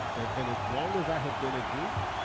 and and as long as i had been at duke,